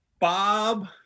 Bob